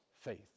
faith